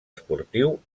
esportiu